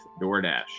DoorDash